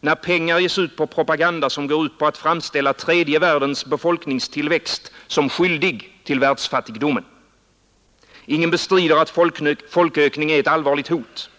när pengar ges ut på propaganda som går ut på att framställa tredje världens befolkningstillväxt som skyldig till världsfattigdomen. Ingen bestrider att folkökning är ett allvarligt hot.